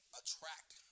attract